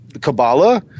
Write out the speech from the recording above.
Kabbalah